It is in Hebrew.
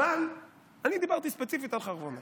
אבל אני דיברתי ספציפית על חרבונה.